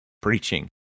preaching